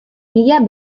mila